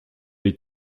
les